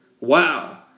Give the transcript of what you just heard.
Wow